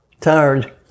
tired